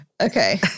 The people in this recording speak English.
Okay